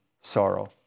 sorrow